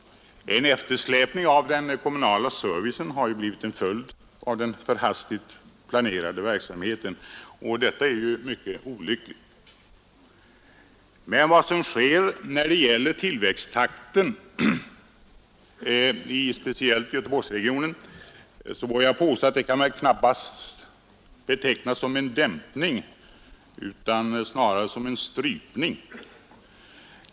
En eftersläpning av den kommunala servicen har blivit en följd av den för hastigt planerade byggverksamheten, och detta är mycket olyckligt. Men vad sker när det gäller tillväxttakten? I speciellt Göteborgsregionen, vågar jag påstå, skall resultatet av åtgärderna knappast betecknas som en dämpning utan snarare som en strypning.